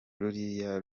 ruriya